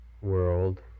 world